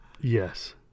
Yes